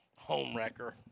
Homewrecker